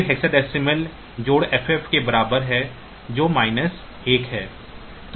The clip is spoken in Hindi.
फिर हेक्साडेसिमल जोड़ FF के बराबर है जो 1 है